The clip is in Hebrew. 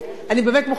אני באמת מוכנה,